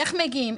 איך מגיעים,